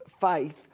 faith